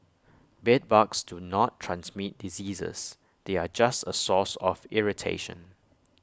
bedbugs do not transmit diseases they are just A source of irritation